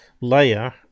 layer